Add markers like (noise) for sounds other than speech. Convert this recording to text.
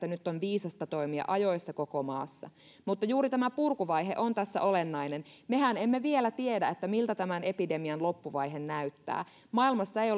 (unintelligible) nyt on viisasta toimia ajoissa koko maassa mutta juuri tämä purkuvaihe on tässä olennainen mehän emme vielä tiedä miltä tämän epidemian loppuvaihe näyttää maailmassa ei (unintelligible)